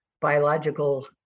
biological